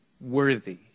worthy